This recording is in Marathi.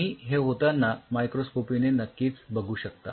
तुम्ही हे होतांना मायक्रोस्कोपीने नक्कीच बघू शकता